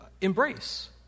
embrace